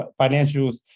financials